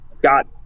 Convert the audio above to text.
Got